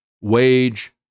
wage